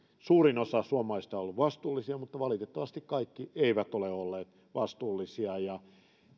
suurin osa suomalaisista on ollut vastuullisia mutta valitettavasti kaikki eivät ole olleet vastuullisia ja